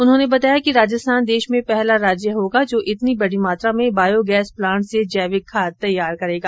उन्होंने बताया कि राजस्थान देश में पहला राज्य होगा जो इतनी बड़ी मात्रा में बायो गैस प्लाण्ट से जैविक खाद तैयार करेगा